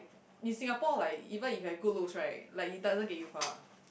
in Singapore like even if you have a good looks right like it doesn't get you far